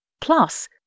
Plus